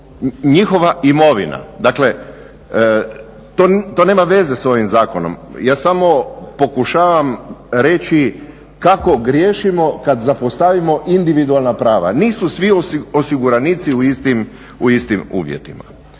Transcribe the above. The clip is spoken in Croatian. njihova imovina, dakle, to nema veze s ovim zakonom. Ja samo pokušavam reći kako griješimo kada zapostavimo individualna prava. Nisu svi osiguranici u istim uvjetima.